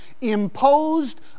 imposed